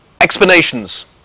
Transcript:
explanations